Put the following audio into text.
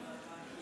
בעולם,